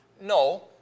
No